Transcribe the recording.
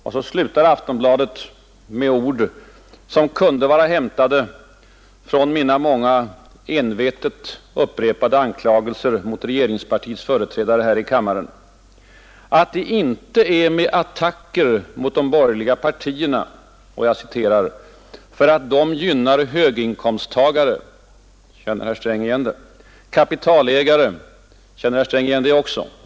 Och Aftonbladet slutar med ord som kunde vara hämtade från mina många envetet upprepade anklagelser mot regeringspartiets företrädare här i kammaren, att det inte är med attacker mot de borgerliga partierna ”för att de gynnar höginkomsttagare” — känner herr Sträng igen det? — ”kapitalägare” — känner herr Sträng igen det också!